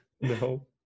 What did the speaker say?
No